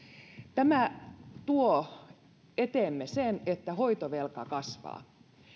tämä tuo eteemme sen että hoitovelka kasvaa